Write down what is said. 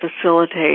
facilitate